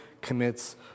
commits